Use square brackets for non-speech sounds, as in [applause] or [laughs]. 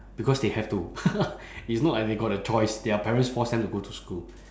because they have to [laughs] it's not like they got a choice their parents force them to go to school